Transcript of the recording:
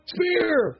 Spear